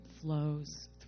flows